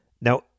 Now